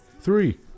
Three